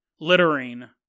littering